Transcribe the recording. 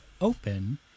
open